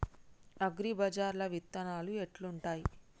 అగ్రిబజార్ల విత్తనాలు ఎట్లుంటయ్?